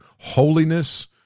holiness